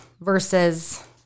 versus